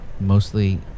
mostly